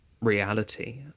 reality